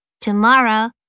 Tomorrow